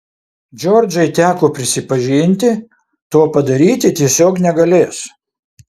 džordžai teko prisipažinti to padaryti tiesiog negalės